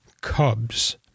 Cubs